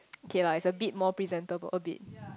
okay lah it's a bit more presentable a bit